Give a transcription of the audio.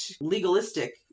legalistic